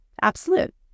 absolute